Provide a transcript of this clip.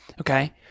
Okay